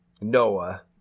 Noah